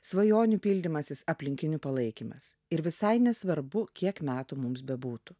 svajonių pildymasis aplinkinių palaikymas ir visai nesvarbu kiek metų mums bebūtų